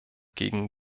gegen